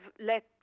let